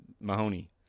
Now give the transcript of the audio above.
Mahoney